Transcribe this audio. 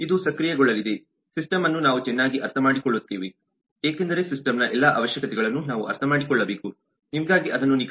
ಇದು ಸಕ್ರಿಯಗೊಳ್ಳಲಿದೆ ಸಿಸ್ಟಮ್ ಅನ್ನು ನಾವು ಚೆನ್ನಾಗಿ ಅರ್ಥಮಾಡಿಕೊಳ್ಳುತ್ತೇವೆ ಏಕೆಂದರೆ ಸಿಸ್ಟಮ್ನ ಎಲ್ಲಾ ಅವಶ್ಯಕತೆಗಳನ್ನು ನಾವು ಅರ್ಥಮಾಡಿಕೊಳ್ಳಬೇಕು ನಿಮಗಾಗಿ ಅದನ್ನು ನಿಖರವಾಗಿ ನಿರ್ಮಿಸಬೇಕು